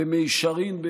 ובמישרין,